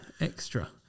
extra